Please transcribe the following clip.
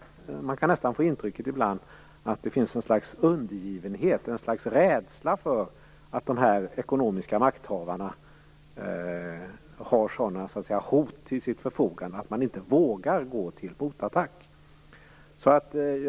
Man kan ibland nästan få intrycket att det finns ett slags undergivenhet och ett slags rädsla för att dessa ekonomiska makthavare har sådana hot till sitt förfogande att man inte vågar gå till motattack.